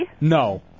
No